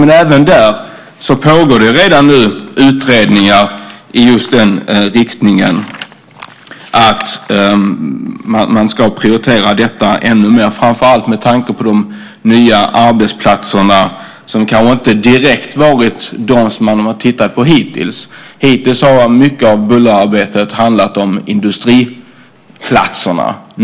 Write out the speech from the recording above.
Men även där pågår redan nu utredningar i just den riktningen att man ska prioritera detta ännu mer, framför allt med tanke på de nya arbetsplatserna, som kanske inte direkt varit de som man har tittat på. Hittills har mycket av bullerarbetet handlat om industriarbetsplatserna.